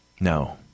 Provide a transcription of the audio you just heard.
No